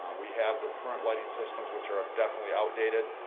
we have the current lighting systems which are ah definitely outdated.